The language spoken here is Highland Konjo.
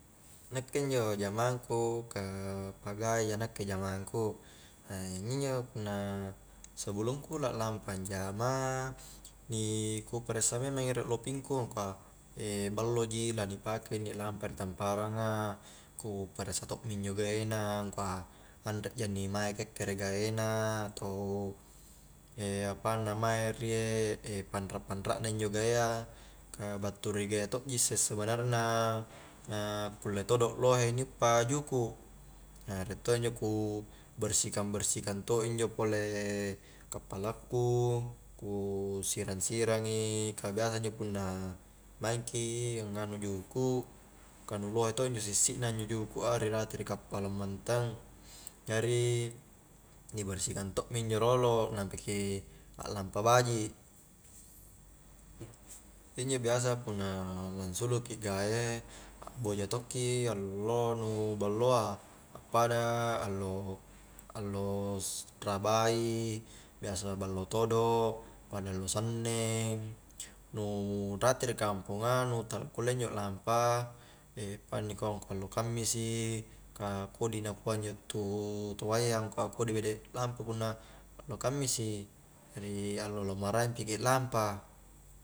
Nakke injo jamang ku ka pagae ja nakke jamangku injo punna sebelungku la lampa anjama ni ku paressa memang i ro' lopingku angkau ballo ji la ni pake inni lampa ri tamparang a ku paressa to'mi injo gae na angkua nare ja inni mae kekkere gae na atau apanna mae riek panrak-panrak na injogae a, ka battu ri gae a to'ji isse sebenarna, na kulle todo lohe ni uppa juku' riek to injo ku bersikang-bersikang to injo pole kappalaku, ku sirang-sirangi kabiasa injo punna maingki angnganu juku' ka nu lohe to' ijo sissina injo juku' a ri rate ri kappala ammantang jari ni bersihkan to'mi injo rolo nampaki aklampa baji injo biasa punna langsulu ki gae' akboja tokki allo nu ballo a appada allo rabai biasa ballo todo' pada allo sanneng nu rate ri kamponga nu tala kulle injo lampa paling nikua angkua allo kammisi ka kodi na kua injo tu toayya angkua kodi bede' lampa punna allo kammisi, jari allo-allo maraeng piki lampa